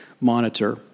Monitor